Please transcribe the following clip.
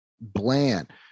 bland